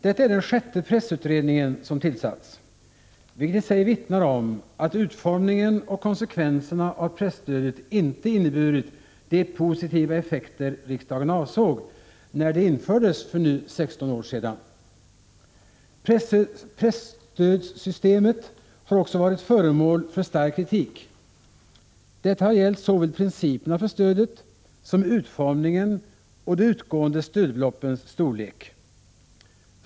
Detta är den sjätte pressutredning som tillsatts, vilket i och för sig vittnar om att utformningen och konsekvenserna av presstödet inte inneburit de positiva effekter riksdagen avsåg när det infördes för nu 16 år sedan. Presstödssystemet har också varit föremål för stark kritik. Detta har gällt såväl principerna för stödet som utformningen och de utgående stödbeloppens storlek.